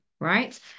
right